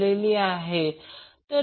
94 angle 93